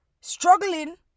struggling